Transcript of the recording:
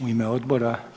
U ime odbora.